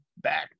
Back